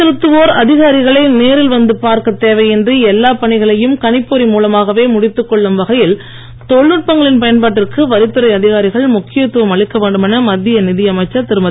செலுத்துவோர் அதிகாரிகளை நேரில் வந்து பார்க்க வரி தேவையின்றி எல்லாப் பணிகளையும் கணிப்பொறி மூலமாகவே முடித்து கொள்ளும் வகையில் தொழில்நுட்பங்களின் பயன்பாட்டிற்கு வரித்துறை அதிகாரிகள் முக்கியத்துவம் அளிக்க வேண்டும் என மத்திய நிதியமைச்சர் திருமதி